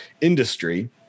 industry